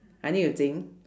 I need to think